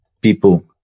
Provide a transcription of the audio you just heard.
people